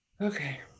Okay